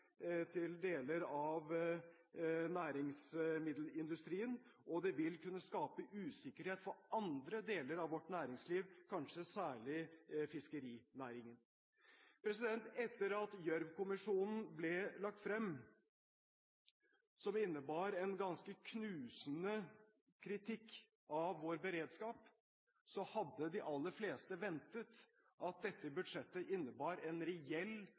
deler av næringsmiddelindustrien, og det vil kunne skape usikkerhet for andre deler av vårt næringsliv – kanskje særlig fiskerinæringen. Etter at Gjørv-kommisjonens rapport – som innebar en ganske knusende kritikk av vår beredskap – ble lagt frem, hadde de aller fleste ventet at dette budsjettet innebar en reell